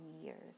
years